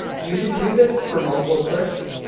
you can do this for multiple clips